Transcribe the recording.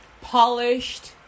polished